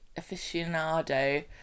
aficionado